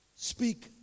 Speak